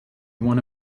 one